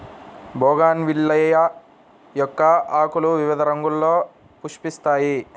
bougainvillea మొక్క ఆకులు వివిధ రంగుల్లో పుష్పిస్తాయి